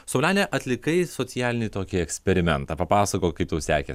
saulene atlikai socialinį tokį eksperimentą papasakok kaip tau sekėsi